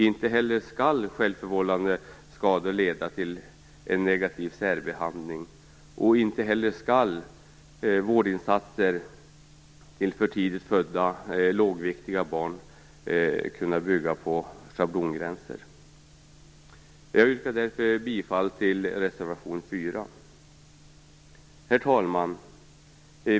Inte heller skall självförvållade skador leda till en negativ särbehandling. Inte heller skall vårdinsatser till för tidigt födda, lågviktiga barn kunna bygga på schablongränser. Jag yrkar därför bifall till reservation 4. Herr talman!